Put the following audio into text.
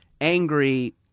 angry